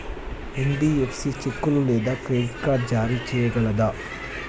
NBFC చెక్కులు లేదా credit card జారీ చేయగలదా?